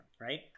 right